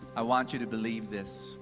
i want you to believe this.